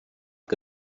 que